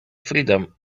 freedom